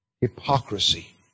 hypocrisy